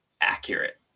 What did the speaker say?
accurate